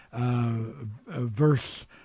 verse